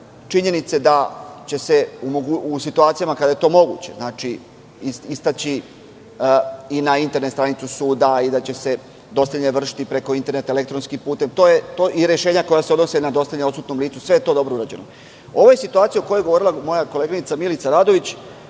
činjenice da će se, u situacijama kada je to moguće, istaći i na internet stranicu suda i da će se dostavljanje vršiti i preko interneta elektronskim putem i rešenja koja se odnose na dostavljanje odsutnom licu, sve je to dobro urađeno. Ovo je situacija o kojoj je govorila moja koleginica Milica Radović,